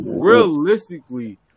realistically